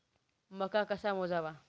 मका कसा मोजावा?